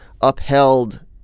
upheld